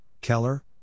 Keller